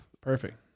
Perfect